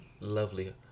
lovely